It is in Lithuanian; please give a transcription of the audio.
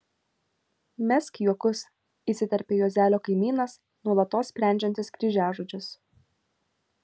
mesk juokus įsiterpia juozelio kaimynas nuolatos sprendžiantis kryžiažodžius